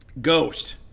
Ghost